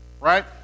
Right